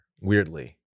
weirdly